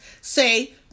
say